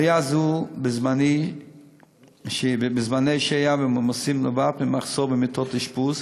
עלייה זו בזמני שהייה ובעומסים נובעת ממחסור במיטות אשפוז,